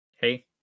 hey